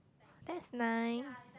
that's nice